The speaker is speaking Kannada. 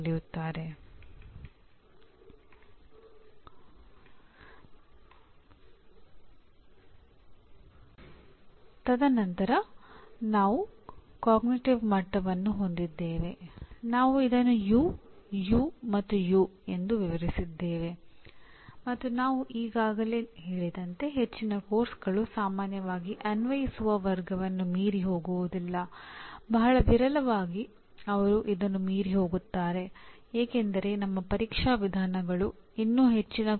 ಕಲಿಕೆಯ ಪರಿಣಾಮಗಳು ಹಲವಾರು ದಶಕಗಳಿಂದ ಶಿಕ್ಷಣ ತಜ್ಞರು ಶಿಕ್ಷಣ ಮನಶ್ಶಾಸ್ತ್ರಜ್ಞರು ಮತ್ತು ಅನೇಕ ಜನರ ಕಾಳಜಿಯಾಗಿದೆ ಬಹುಶಃ 60 70 ವರ್ಷಗಳಿಗಿಂತ ಹೆಚ್ಚು